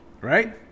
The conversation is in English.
right